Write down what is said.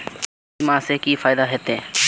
बीमा से की फायदा होते?